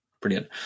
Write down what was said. Brilliant